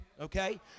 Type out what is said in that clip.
okay